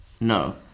No